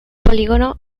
polígono